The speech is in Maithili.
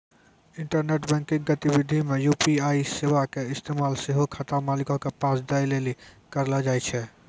इंटरनेट बैंकिंग गतिविधि मे यू.पी.आई सेबा के इस्तेमाल सेहो खाता मालिको के पैसा दै लेली करलो जाय छै